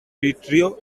pietro